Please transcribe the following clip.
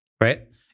right